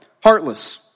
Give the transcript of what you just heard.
Heartless